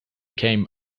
came